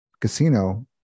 Casino